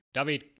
David